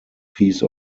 piece